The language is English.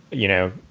you know,